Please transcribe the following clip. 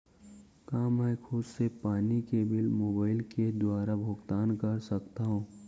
का मैं खुद से पानी के बिल मोबाईल के दुवारा भुगतान कर सकथव?